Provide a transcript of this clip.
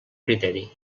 criteri